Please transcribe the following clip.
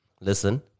listen